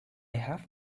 have